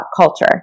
culture